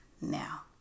now